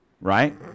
right